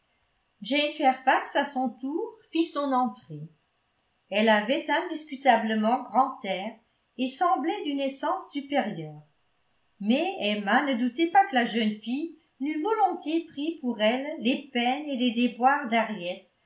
à son tour fit son entrée elle avait indiscutablement grand air et semblait d'une essence supérieure mais emma ne doutait pas que la jeune fille n'eut volontiers pris pour elle les peines et les déboires